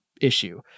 issue